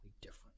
different